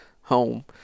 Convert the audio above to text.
home